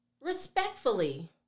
Respectfully